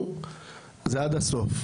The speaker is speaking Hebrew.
זה עד הסוף.